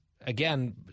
again